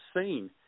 seen